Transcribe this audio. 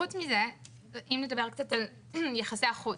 אם נדבר קצת על יחסי החוץ,